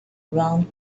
round